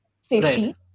safety